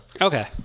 okay